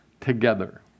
together